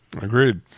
Agreed